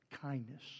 Kindness